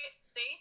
see